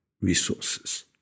resources